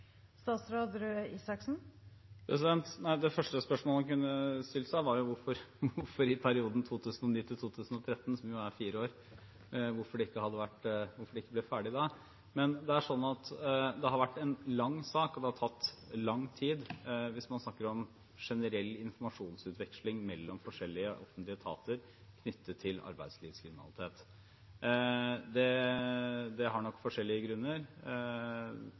Det første spørsmålet man kunne stilt seg, er jo hvorfor det ikke ble ferdig i perioden 2009–2013, som jo er fire år. Men det er sånn at det har vært en lang sak, og det har tatt lang tid – hvis man snakker om generell informasjonsutveksling mellom forskjellige offentlige etater knyttet til arbeidslivskriminalitet. Det er nok forskjellige grunner